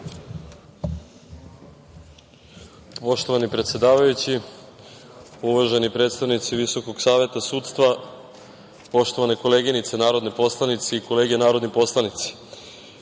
Poštovani predsedavajući, uvaženi predstavnici Visokog saveta sudstva, poštovane koleginice narodne poslanice i kolege narodni poslanici,